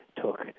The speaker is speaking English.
took